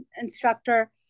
instructor